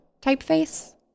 typeface